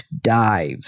Dive